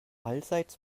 allseits